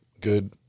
good